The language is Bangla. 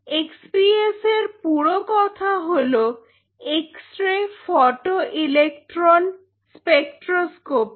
এক্স পি এস এর পুরো কথা হল এক্স রে ফটোইলেকট্রন স্পেকট্রোস্কপি